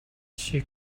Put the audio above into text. she